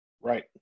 Right